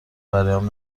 برایم